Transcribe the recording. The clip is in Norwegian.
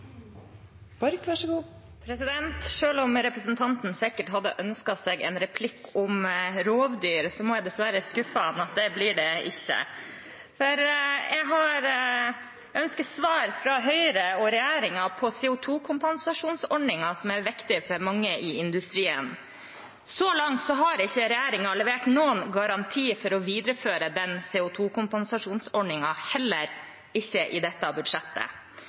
Representanten hadde sikkert ønsket seg en replikk om rovdyr, men jeg må dessverre skuffe ham med at det blir det ikke. Jeg ønsker svar fra Høyre og regjeringen om CO 2 -kompensasjonsordningen, som er viktig for mange i industrien. Så langt har ikke regjeringen levert noen garanti for å videreføre CO 2 -kompensasjonsordningen, heller ikke i dette budsjettet.